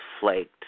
Flaked